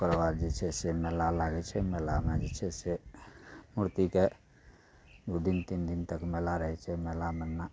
ओकरबाद जे छै से मेला लागय छै मेलामे जे छै से मूर्तिके दू दिन तीन दिन तक मेला रहय छै मेलामे ने